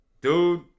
dude